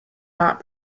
not